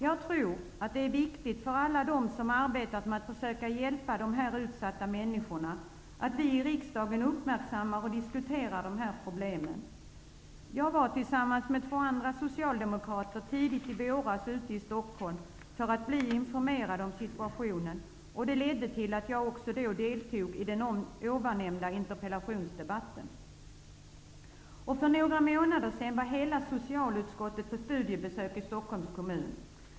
Jag tror att det är viktigt för alla dem som arbetar med att försöka hjälpa de här utsatta människorna att vi i riksdagen uppmärksammar och diskuterar de här problemen. Tillsammans med två andra socialdemokrater var jag tidigt i våras ute i Stockholm för att bli informerad om situationen, och det ledde till att jag då också deltog i den nämnda interpellationsdebatten. För några månader sedan var hela socialutskottet på studiebesök i Stockholms kommun.